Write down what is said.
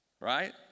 right